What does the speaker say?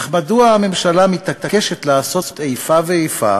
אך מדוע הממשלה מתעקשת לעשות איפה ואיפה